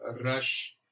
Rush